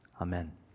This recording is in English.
amen